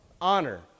honor